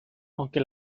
aunque